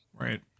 Right